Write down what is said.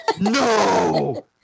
No